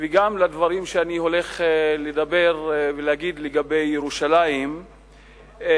וגם לדברים שאני הולך לדבר ולהגיד לגבי ירושלים ומדיניות